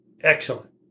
Excellent